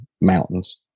mountains